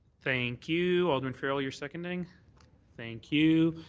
thank you, alderman farrell you're second in thank you.